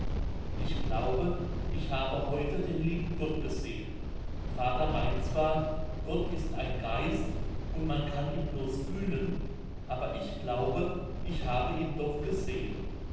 ich glaube ich habe heute den lieben gott gesehen vater meint zwar gott ist ein geist und man kann ihn blos fühlen aber ich glaube ich habe ihn doch gesehen